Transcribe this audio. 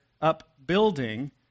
upbuilding